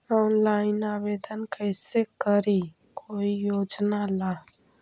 Online आवेदन कैसे करी कोई योजना ला?